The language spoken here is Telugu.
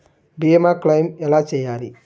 భీమ క్లెయిం ఎలా చేయాలి?